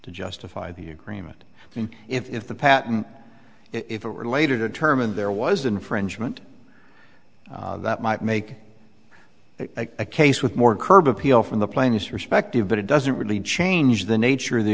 to justify the agreement and if the patent if it were later determined there was infringement that might make it a case with more curb appeal from the plainest perspective but it doesn't really change the nature of the